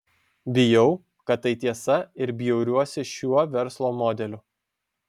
bijau kad tai tiesa ir bjauriuosi šiuo verslo modeliu